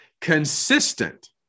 Consistent